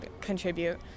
contribute